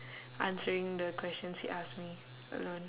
answering the questions he asked me alone